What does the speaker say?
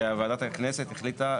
ווועדת הכנסת החליטה,